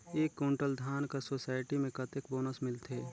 एक कुंटल धान कर सोसायटी मे कतेक बोनस मिलथे?